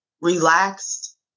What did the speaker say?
relaxed